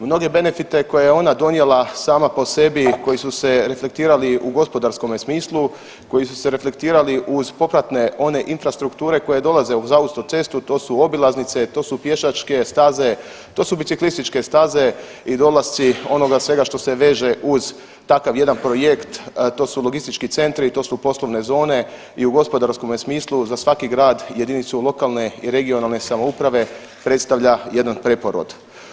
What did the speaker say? Mnoge benefite koje je ona donijela sama po sebi i koji su reflektirali u gospodarskome smislu, koji su se reflektirali uz popratne one infrastrukture koje dolaze uz autocestu, to su obilaznice, to su pješačke staze, to su biciklističke staze i dolasci onoga svega što se veže uz takav jedan projekt, to su logistički centri, to su poslovne zone i u gospodarskome smislu za svaki grad, jedinicu lokalne i regionalne samouprave predstavlja jedan preporod.